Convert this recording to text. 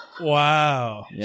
Wow